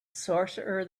sorcerer